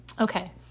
Okay